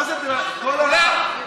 מהנהר פרת עד החידקל.